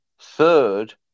third